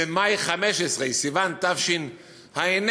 במאי 2015, סיוון תשע"ה,